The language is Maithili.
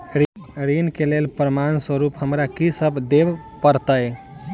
ऋण केँ लेल प्रमाण स्वरूप हमरा की सब देब पड़तय?